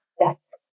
Yes